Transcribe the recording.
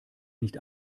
nicht